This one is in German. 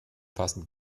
passend